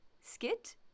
Skit